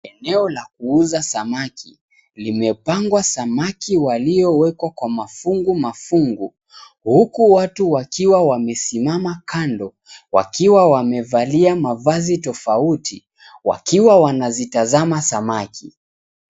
Eneo la kuuza samaki limepangwa samaki waliowekwa mafungu mafungu, huku watu wakiwa wamesimama kando wakiwa wamevalia mavazi tofauti wakiwa wanazitazama samaki.